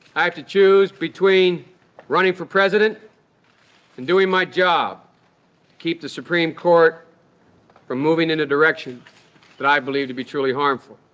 i have to choose between running for president and doing my job keep the supreme court from moving in a direction that i believe to be truly harmful.